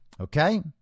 Okay